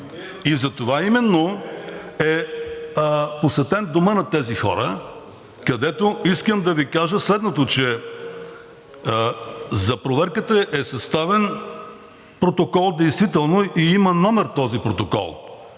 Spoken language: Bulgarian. И затова именно е посетен домът на тези хора, където искам да Ви кажа следното, че за проверката е съставен протокол действително и има номер този протокол.